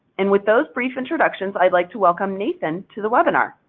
and with those brief introductions, i'd like to welcome nathan to the webinar.